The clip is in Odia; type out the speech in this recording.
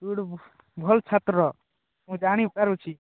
ତୁ ଗୋଟେ ଭଲ୍ ଛାତ୍ର ମୁଇଁ ଜାଣିପାରୁଛି